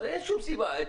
אין שום סיבה.